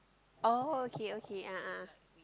oh okay okay a'ah a'ah